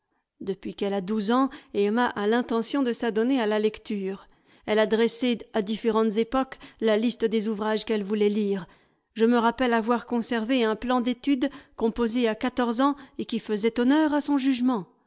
depuis qu'elle a douze ans emma a l'intention de s'adonner à la lecture elle a dressé à différentes époques la liste des ouvrages qu'elle voulait lire je me rappelle avoir conservé un plan d'études composé à quatorze ans et qui faisait honneur à son jugement